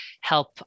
help